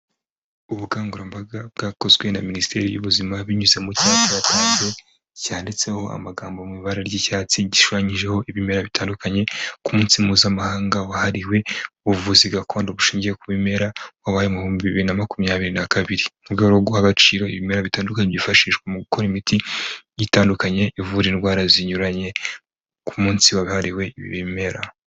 Ubukangurambaga bwakozwe na minisiteri y'ubuzima binyuze mu cyapa cyanditseho amagambo mu ibara ry'icyatsi, gishushanyijeho ibimera bitandukanye ku munsi mpuzamahanga wahariwe ubuvuzi gakondo bushingiye ku bimera, wabaye ibihumbi bibiri na makumyabiri na kabiri. Mu rwego rwo guha agaciro ibimera bitandukanye byifashishwa mu gukora imiti itandukanye, ivura indwara zinyuranye ku munsi wahariwe ibimera.